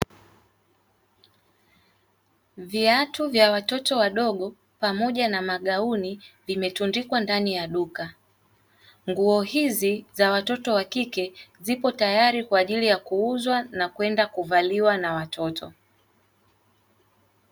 Viatu vya watoto wadogo pamoja na magunia vimetundikwa ndani ya duka, nguo hizi za watoto wa kike zipo tayari kwa ajili ya kuuzwa na kwenda kuvaliwa na watoto.